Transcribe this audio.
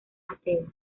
ateo